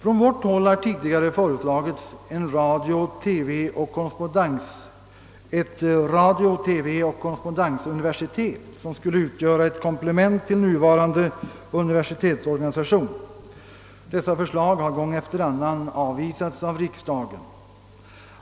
Tidigare har vi från vårt håll föreslagit inrättandet av ett radio-TV-korrespondensinstitut som skulle utgöra ett komplement till den nuvarande universitetsorganisationen. Dessa förslag har gång efter annan avvisats av riksdagen.